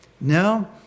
No